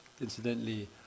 incidentally